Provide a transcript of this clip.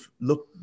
look